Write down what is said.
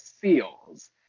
Seals